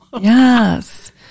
Yes